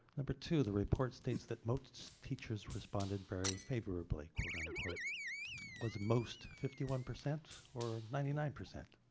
number two the report states that most teachers responded very favorably quote unquote was most fifty one percent or ninety nine percent